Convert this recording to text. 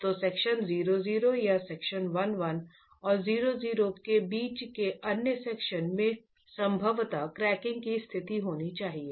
तो सेक्शन 0 0 या सेक्शन 1 1 और 0 0 के बीच के अन्य सेक्शन में संभवतः क्रैकिंग की स्थिति होनी चाहिए